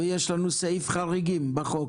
ויש לנו סעיף חריגים בחוק.